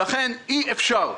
לכן אי-אפשר.